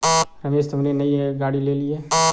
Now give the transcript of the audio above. रमेश तुमने नई गाड़ी ली हैं